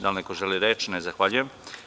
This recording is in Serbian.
Da li neko želi reč? (Ne) Zahvaljujem.